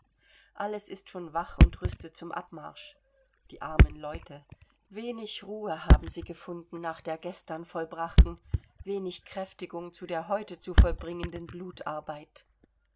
alles ist schon wach und rüstet zum abmarsch die armen leute wenig ruhe haben sie gefunden nach der gestern vollbrachten wenig kräftigung zu der heute zu vollbringenden